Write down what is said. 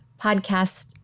podcast